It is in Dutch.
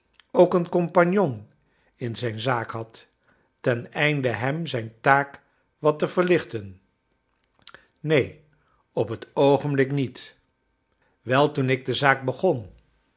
ook een compagnon in zijn zaak had ten einde hem zijn taak wat te verlichten neen op het oogenblik niet wel toen ik de zaak begon